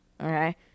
Okay